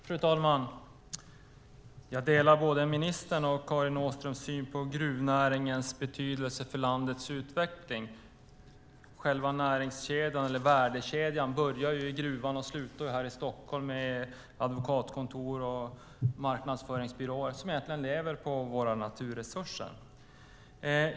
Fru talman! Jag delar både ministerns och Karin Åströms syn på gruvnäringens betydelse för landets utveckling. Själva näringskedjan, eller värdekedjan, börjar ju i gruvan och slutar här i Stockholm med advokatkontor och marknadsföringsbyråer som egentligen lever på våra naturresurser.